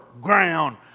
ground